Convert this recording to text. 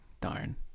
Darn